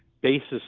basis